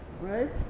Right